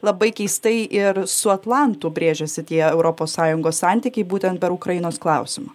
labai keistai ir su atlantu brėžiasi tie europos sąjungos santykiai būtent per ukrainos klausimą